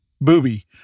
Booby